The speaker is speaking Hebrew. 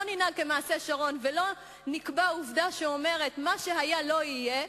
לא ננהג כמעשה שרון ולא נקבע עובדה שאומרת: מה שהיה לא יהיה,